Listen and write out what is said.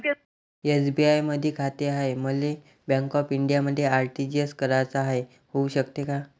SBI मधी खाते हाय, मले बँक ऑफ इंडियामध्ये आर.टी.जी.एस कराच हाय, होऊ शकते का?